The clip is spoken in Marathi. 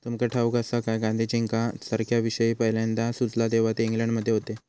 तुमका ठाऊक आसा काय, गांधीजींका चरख्याविषयी पयल्यांदा सुचला तेव्हा ते इंग्लंडमध्ये होते